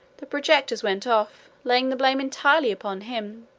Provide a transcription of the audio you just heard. the projectors went off, laying the blame entirely upon him,